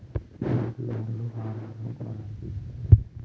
ఇలాంటి లోన్ లు వాహనాలను కొనడానికి ఇస్తారు